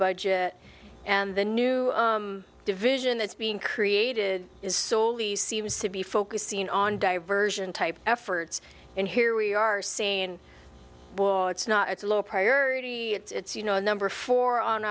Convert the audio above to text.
budget and the new division that's being created is solely seems to be focusing on diversion type efforts and here we are saying it's not it's a low priority at it's you know number four on